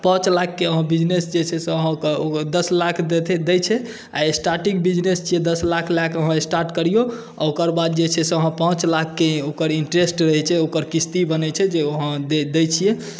पाँच लाखके अहाँ बिजनेस जे छै से अहाँकेँ ओ दस लाख दैत छै आ स्टार्टिंग बिजनेस छियै दस लाख लए कऽ अहाँ स्टार्ट करियौ ओकरबाद जे छै से अहाँ पाँच लाखके ओकर इंट्रेस्ट रहैत छै ओकर किस्ती बनैत छै जे ओ अहाँ दैत छियै